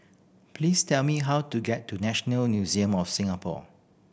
please tell me how to get to National Museum of Singapore